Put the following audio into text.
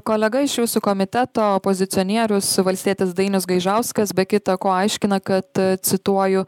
kolega iš jūsų komiteto opozicionierius valstietis dainius gaižauskas be kita ko aiškina kad cituoju